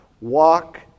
Walk